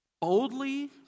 Boldly